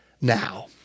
now